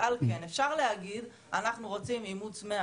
ועל כן אפשר להגיד אנחנו רוצים אימוץ מאה